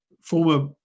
former